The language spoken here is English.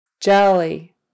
Jelly